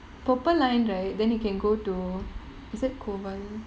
purple line right then you can go to is it kovan